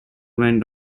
went